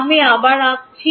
আমি আবার আঁকছি